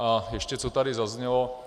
A ještě co tady zaznělo.